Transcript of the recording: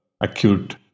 acute